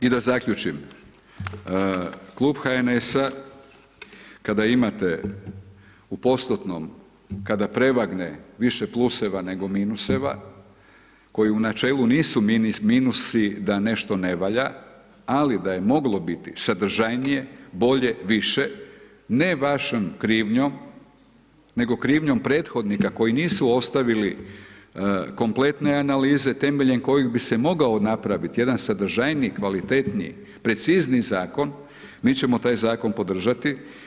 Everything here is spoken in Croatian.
I da zaključim, klub HNS-a, kada imate u postotnom, kada prevagne više pluseva nego minuseva, koji u načelu nisu minusi da nešto ne valja, ali da je moglo biti sadržajnije, bolje, više, ne vašom krivnjom nego krivnjom prethodnika koji nisu ostavili kompletne analize temeljem kojih bi se mogao napraviti jedan sadržajniji, kvalitetniji, precizniji zakon, mi ćemo taj zakon podržati.